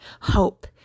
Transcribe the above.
hope